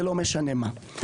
זה לא משנה מה.